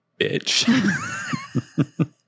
bitch